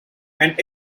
and